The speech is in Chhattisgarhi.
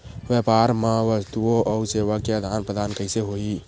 व्यापार मा वस्तुओ अउ सेवा के आदान प्रदान कइसे होही?